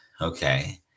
Okay